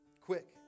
Quick